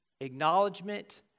acknowledgement